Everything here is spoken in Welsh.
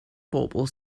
bobl